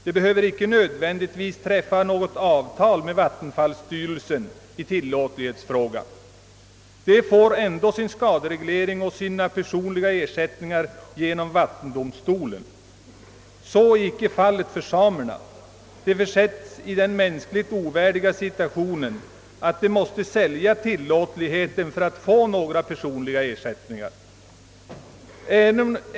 De behöver icke nödvändigtvis träffa något avtal med vattenfallsstyrelsen i = tillåtlighetsfrågan. De får ändå sin skadereglering och sina personliga ersättningar genom vattendomstolen. Så är icke fallet för samerna. De försätts i den mänskligt ovärdiga situationen att de måste sälja tillåtligheten för att tillerkännas några pPpersonliga ersättningar.